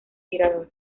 tirador